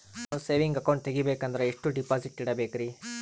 ನಾನು saving account ತೆಗಿಬೇಕಂದರ ಎಷ್ಟು ಡಿಪಾಸಿಟ್ ಇಡಬೇಕ್ರಿ?